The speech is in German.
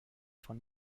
von